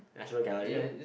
National Gallery